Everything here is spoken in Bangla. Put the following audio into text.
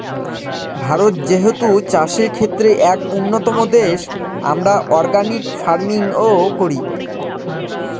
ভারত যেহেতু চাষের ক্ষেত্রে এক উন্নতম দেশ, আমরা অর্গানিক ফার্মিং ও করি